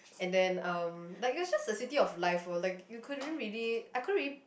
and then um like it was just a city of life loh like you couldn't really I couldn't really